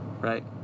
Right